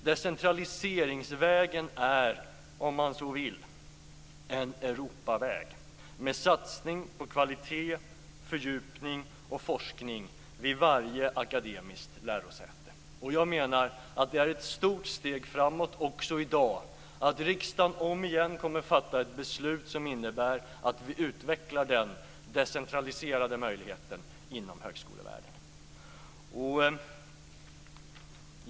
Decentraliseringsvägen är, om man så vill, en Europaväg med satsning på kvalitet, fördjupning och forskning vid varje akademiskt lärosäte. Jag menar att det är ett stort steg framåt också i dag att riksdagen om igen kommer att fatta ett beslut som innebär att vi utvecklar den decentraliserade möjligheten inom högskolevärlden.